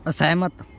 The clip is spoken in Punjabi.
ਅਸਹਿਮਤ